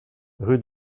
rue